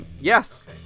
yes